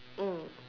mm